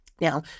Now